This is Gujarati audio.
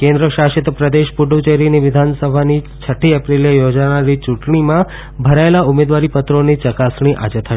કેન્દ્ર શાસિત પ્રદેશ પુડચેરીની વિધાનસભાની છઠ્ઠી એપ્રિલે યોજાનારી યુંટણીમાં ભરાયેલા ઉમેદવારીપત્રોની ચકાસણી આજે થશે